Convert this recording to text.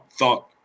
thought